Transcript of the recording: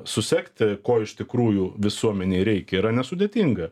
susekti ko iš tikrųjų visuomenei reikia yra nesudėtinga